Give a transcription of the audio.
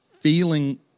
feeling